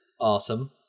awesome